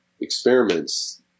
experiments